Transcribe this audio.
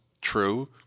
true